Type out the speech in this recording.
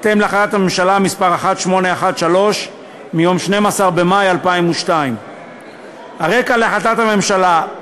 בהתאם להחלטת הממשלה מס' 1813 מיום 12 במאי 2002. הרקע להחלטת הממשלה,